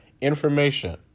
information